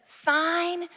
fine